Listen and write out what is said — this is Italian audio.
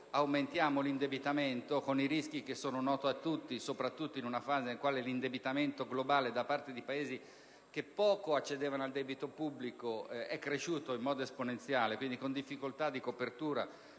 aumentare l'indebitamento, con i rischi che sono noti a tutti, soprattutto in una fase nella quale l'indebitamento globale da parte di Paesi che poco accedevano al debito pubblico è cresciuto in modo esponenziale, quindi con difficoltà di copertura